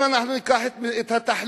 אם אנחנו ניקח את התחלואה,